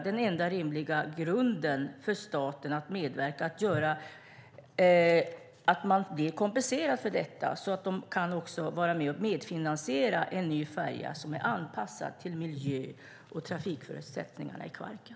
Det enda rimliga borde därför vara att staten medverkar till kompensation i och med detta och är med och medfinansierar en ny färja som är anpassad till miljö och trafikförutsättningarna i Kvarken.